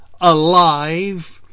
alive